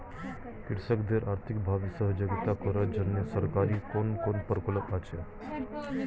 কৃষকদের আর্থিকভাবে সহযোগিতা করার জন্য সরকারি কোন কোন প্রকল্প আছে?